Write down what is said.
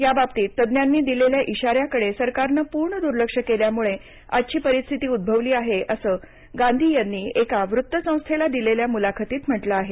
या बाबतीत तज्ञांनी दिलेल्या इशाऱ्यांकडे सरकारनं पूर्ण दुर्लक्ष केल्यामुळे आजची परिस्थिती उद्भवली आहे असं गांधी यांनी एका वृत्तसंस्थेला दिलेल्या मुलाखतीत म्हटलं आहे